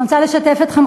אני רוצה לשתף אתכם,